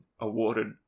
awarded